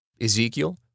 Ezekiel